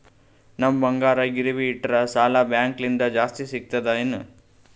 ನಮ್ ಬಂಗಾರ ಗಿರವಿ ಇಟ್ಟರ ಸಾಲ ಬ್ಯಾಂಕ ಲಿಂದ ಜಾಸ್ತಿ ಸಿಗ್ತದಾ ಏನ್?